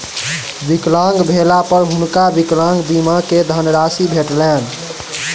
विकलांग भेला पर हुनका विकलांग बीमा के धनराशि भेटलैन